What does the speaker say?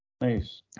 Nice